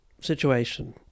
situation